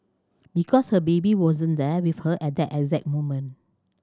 because her baby wasn't there with her at that exact moment